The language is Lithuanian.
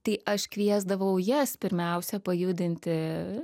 tai aš kviesdavau jas pirmiausia pajudinti